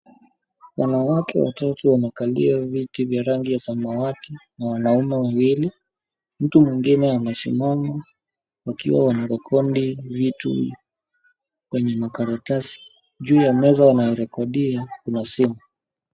Wanawake watatu wamekalia viti vya rangi ya samawati na wanaume wawili. Mtu mwingine amesimama wakiwa wanarekodi vitu kwenye makaratasi. Juu ya meza wanayorekodia, kuna simu.